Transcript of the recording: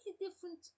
different